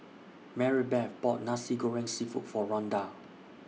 Maribeth bought Nasi Goreng Seafood For Rhonda